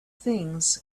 things